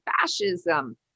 fascism